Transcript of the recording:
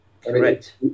Correct